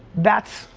that's,